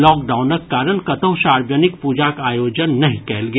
लॉकडाउनक कारण कतहु सार्वजनिक प्रजाक आयोजन नहि कयल गेल